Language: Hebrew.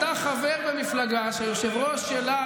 אתה חבר במפלגה שהיושב-ראש שלה,